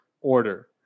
order